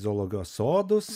zoologijos sodus